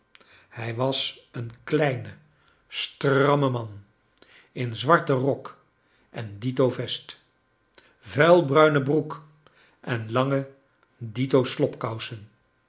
hij was een kh ine stramme charles dickens man in zwarten rok en dito vest vuilbruine broek en lange dito